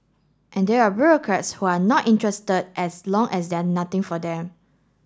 and there are bureaucrats who are not interested as long as there are nothing for them